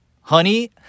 honey